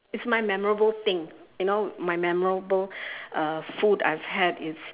it's my memorable thing you know my memorable uh food I've had is